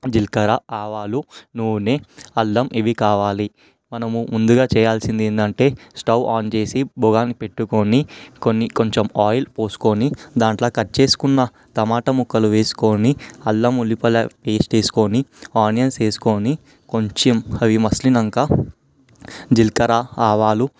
జీలకర్ర ఆవాలు నూనె అల్లం ఇవి కావాలి మనము ముందుగా చేయాల్సింది ఏంటి అంటే స్టవ్ ఆన్ చేసి బగోని పెట్టుకొని కొన్ని కొంచెం ఆయిల్ పోసుకొని దాంట్లో కట్ చేసుకున్న టమాట ముక్కలు వేసుకొని అల్లం ఉల్లిపాయల పేస్ట్ వేసుకొని ఆనియన్స్ వేసుకొని కొంచెం అవి మసిలాక జీలకర్ర ఆవాలు